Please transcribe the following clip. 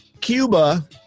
Cuba